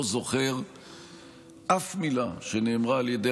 אני לא זוכר אף מילה שנאמרה על ידי